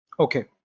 Okay